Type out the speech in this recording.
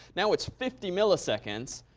now it's fifty milliseconds.